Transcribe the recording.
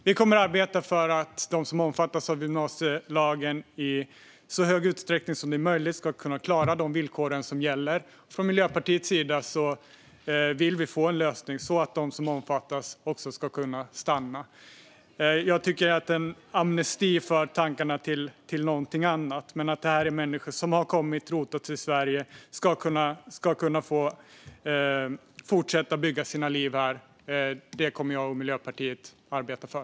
Vi kommer att arbeta för att de som omfattas av gymnasielagen i så stor utsträckning som möjligt ska klara de villkor som gäller. Vi i Miljöpartiet vill få en lösning så att de som omfattas ska kunna stanna. Jag tycker att en amnesti för tankarna till något annat. Dessa människor som har kommit och som har rotat sig i Sverige ska kunna fortsätta att bygga sina liv här. Detta kommer jag och Miljöpartiet att arbeta för.